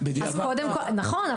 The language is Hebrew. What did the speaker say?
בודקים --- נכון,